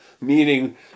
meaning